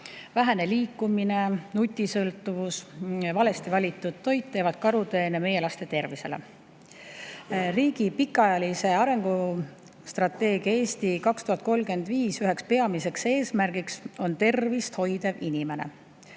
Vähene liikumine, nutisõltuvus, valesti valitud toit teevad karuteene meie laste tervisele. Riigi pikaajalise arengustrateegia "Eesti 2035" üheks peamiseks eesmärgiks on tervist hoidev inimene.